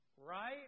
right